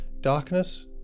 Darkness